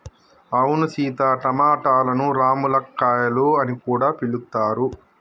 అవును సీత టమాటలను రామ్ములక్కాయాలు అని కూడా పిలుస్తారు